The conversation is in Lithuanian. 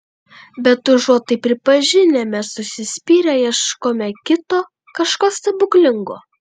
bet užuot tai pripažinę mes užsispyrę ieškome kito kažko stebuklingo